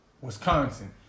Wisconsin